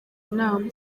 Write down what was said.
inama